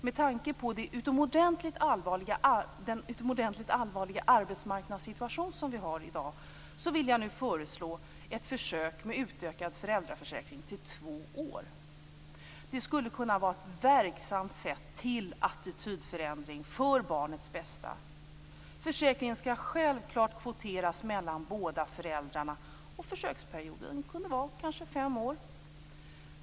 Med tanke på den utomordentligt allvarliga arbetsmarknadssituationen i dag vill jag föreslå ett försök med utökad föräldraförsäkring till två år. Det skulle kunna vara ett verksamt sätt för en attitydförändring för barnets bästa. Försäkringen skall självklart kvoteras mellan båda föräldrarna. Försöksperioden kunde vara fem år.